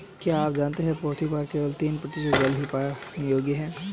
क्या आप जानते है पृथ्वी पर केवल तीन प्रतिशत जल ही पीने योग्य है?